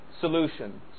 solution